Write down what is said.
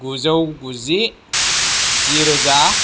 गुजौ गुजि जिरोजा